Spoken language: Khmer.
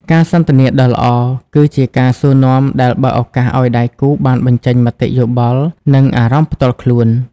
ការសន្ទនាដ៏ល្អ គឺជាការសួរនាំដែលបើកឱកាសឱ្យដៃគូបានបញ្ចេញមតិយោបល់ និងអារម្មណ៍ផ្ទាល់ខ្លួន។